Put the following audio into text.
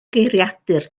geiriadur